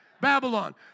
Babylon